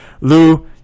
lou